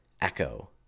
Echo